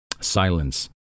Silence